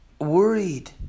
worried